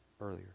earlier